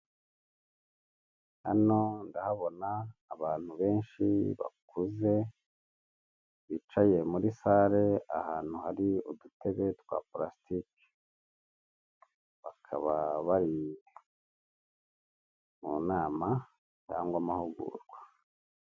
Hano ndahabona abantu benshi bakuze bicaye muri sare ahantu hari udutebe twa purasitiki bakaba bari mu nama cyangwa amahugurwa.